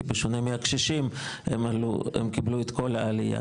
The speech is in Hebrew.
כי בשונה מהקשישים הם קיבלו את כל העלייה,